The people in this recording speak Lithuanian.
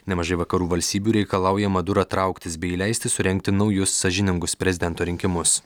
nemažai vakarų valstybių reikalauja madurą trauktis bei leisti surengti naujus sąžiningus prezidento rinkimus